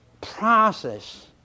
process